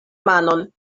manon